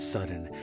Sudden